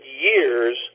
years